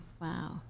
wow